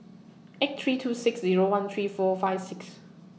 eight three two six Zero one three four five six